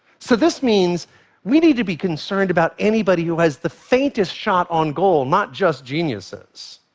so this means we need to be concerned about anybody who has the faintest shot on goal, not just geniuses.